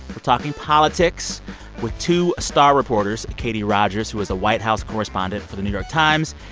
we're talking politics with two star reporters katie rogers, who is a white house correspondent for the new york times,